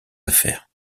affaires